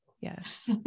Yes